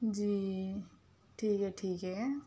جی ٹھیک ہے ٹھیک ہے